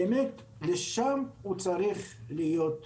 לשם הוא צריך להיות מכוון.